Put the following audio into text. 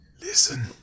Listen